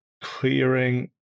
clearing